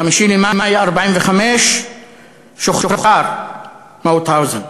ב-5 במאי 1945 שוחרר מאוטהאוזן.